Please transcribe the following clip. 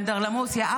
באנדרלמוסיה,